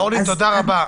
אורלי, תודה רבה.